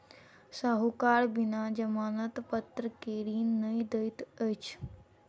साहूकार बिना जमानत पत्र के ऋण नै दैत अछि